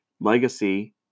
legacy